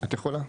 את יכולה.